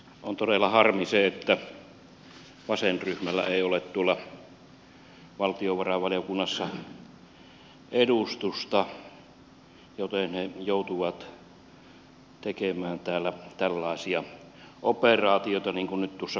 on todella harmi se että vasenryhmällä ei ole tuolla valtiovarainvaliokunnassa edustusta joten he joutuvat tekemään täällä tällaisia operaatioita niin kuin nyt tuossa kuultiin